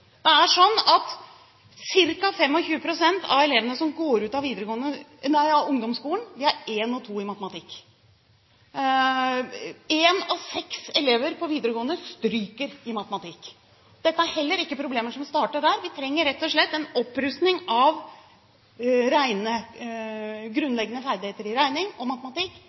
Det er sånn at ca. 25 pst. av elevene som går ut av ungdomsskolen, har 1 og 2 i matematikk. En av seks elever på videregående stryker i matematikk. Dette er heller ikke problemer som starter der. Vi trenger rett og slett en opprustning av grunnleggende ferdigheter i regning og matematikk